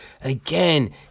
again